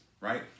right